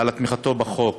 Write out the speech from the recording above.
על תמיכתו בחוק.